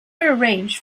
arranged